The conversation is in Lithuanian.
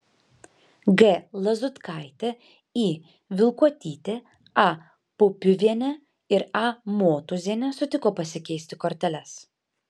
g lazutkaitė i vilkuotytė a pupiuvienė ir a motūzienė sutiko pasikeisti korteles